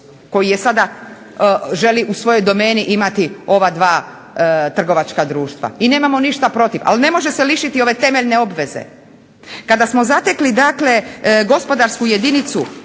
koji sada u svojoj domeni želi imati ova dva trgovačka društva i nemamo ništa protiv, ali ne može se lišiti ove temeljne obveze. Kada smo zatekli dakle gospodarsku jedinicu